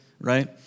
right